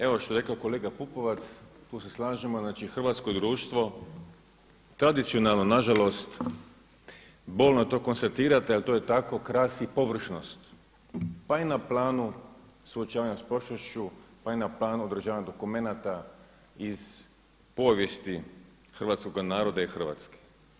Evo što je rekao kolega Pupovac, tu se slažemo, znači hrvatsko društvo tradicionalno na žalost bolno je to konstatirat ali to je tako krasi površnost pa i na planu suočavanja s prošlošću, pa i na planu održavanja dokumenata iz povijesti hrvatskoga naroda i Hrvatske.